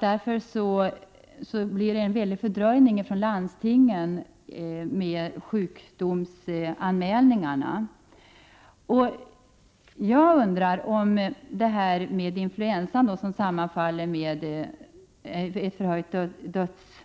Därför blir det en stor fördröjning från landstingen med sjukdomsanmälningarna. Jag undrar om influensan som sammanfaller med en förhöjd dödsstatistik